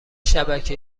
شبکه